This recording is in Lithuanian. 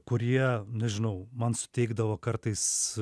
kurie nežinau man suteikdavo kartais